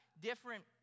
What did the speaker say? different